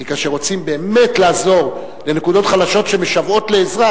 כי כאשר רוצים באמת לעזור לנקודות חלשות שמשוועות לעזרה,